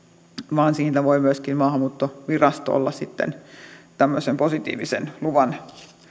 vaan siitä voi myöskin maahanmuuttovirasto olla sitten tämmöisen positiivisen luvan